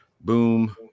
boom